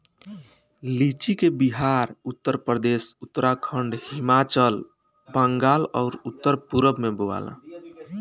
लीची के बिहार, उत्तरप्रदेश, उत्तराखंड, हिमाचल, बंगाल आउर उत्तर पूरब में बोआला